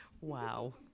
Wow